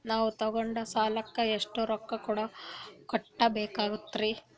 ನಾವು ತೊಗೊಂಡ ಸಾಲಕ್ಕ ಎಷ್ಟು ರೊಕ್ಕ ಕಟ್ಟಬೇಕಾಗ್ತದ್ರೀ?